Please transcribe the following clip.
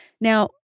Now